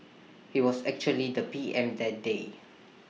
he was actually the P M that day